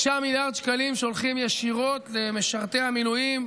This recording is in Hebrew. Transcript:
9 מיליארד שקלים שהולכים ישירות למשרתי המילואים,